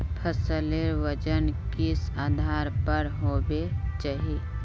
फसलेर वजन किस आधार पर होबे चही?